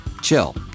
chill